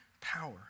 power